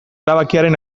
erabakiaren